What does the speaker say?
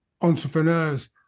entrepreneurs